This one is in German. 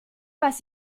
weiß